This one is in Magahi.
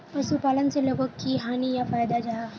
पशुपालन से लोगोक की हानि या फायदा जाहा?